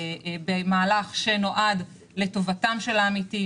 במהלך שנועד לטובתם של העמיתים,